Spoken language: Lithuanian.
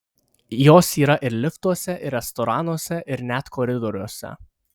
jos yra ir liftuose ir restoranuose ir net koridoriuose